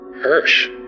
Hirsch